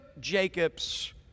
Jacob's